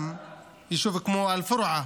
גם יישוב כמו אל-פורעה,